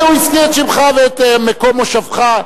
הוא הזכיר את שמך ואת מקום מושבך.